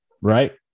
Right